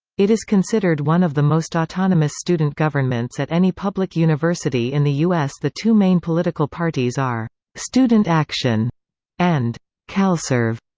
it is considered one of the most autonomous student governments at any public university in the u s. the two main political parties are student action and calserve.